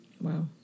Wow